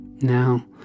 Now